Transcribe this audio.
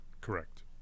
Correct